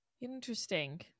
interesting